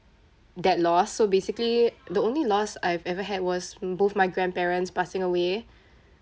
that loss so basically the only loss I've ever had was both my grandparents passing away